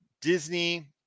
Disney